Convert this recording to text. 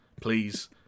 Please